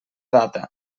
data